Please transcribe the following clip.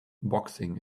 boxing